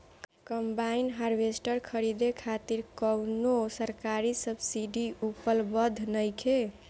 Combine harvester खरीदे खातिर कउनो सरकारी सब्सीडी उपलब्ध नइखे?